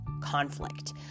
Conflict